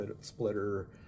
splitter